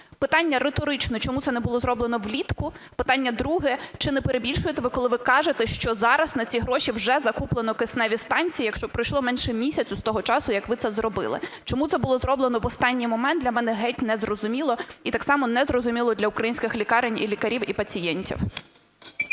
Питання риторичне. Чому це не було зроблено влітку? Питання друге. Чи не перебільшуєте, коли ви кажете, що зараз на ці гроші вже закуплено кисневі станції, якщо пройшло менше місяця з того часу, як ви це зробили? Чому це було зроблено в останній момент, для мене геть незрозуміло і так само незрозуміло для українських лікарень і лікарів, і пацієнтів.